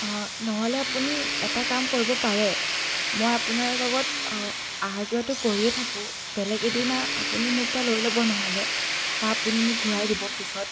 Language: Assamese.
নহ'লে আপুনি এটা কাম কৰিব পাৰে মই আপোনাৰ লগত অহা যোৱাটো কৰিয়ে থাকোঁ বেলেগ এদিনা আপুনি মোৰ পৰা লৈ ল'ব নহ'লে বা আপুনি মোক ঘূৰাই দিব পিছত